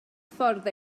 ffordd